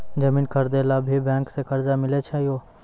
जमीन खरीदे ला भी बैंक से कर्जा मिले छै यो?